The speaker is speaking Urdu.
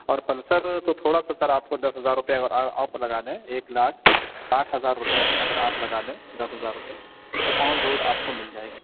اور پلسر تو تھوڑا سا سر آپ کو دس ہزار روپئے اور اوپر لگا دیں ایک لاکھ ساٹھ ہزار روپئے اگر آپ لگا دیں دس ہزار روپئے تو آن روڈ آپ کو مل جائے گی